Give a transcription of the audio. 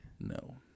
No